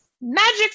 magic